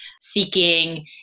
seeking